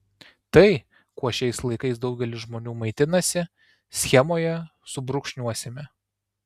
tai kuo šiais laikais daugelis žmonių maitinasi schemoje subrūkšniuosime